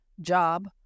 job